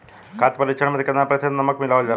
खाद्य परिक्षण में केतना प्रतिशत नमक मिलावल जाला?